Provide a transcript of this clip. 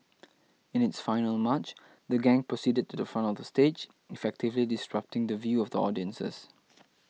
in its final march the gang proceeded to the front of the stage effectively disrupting the view of the audiences